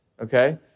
okay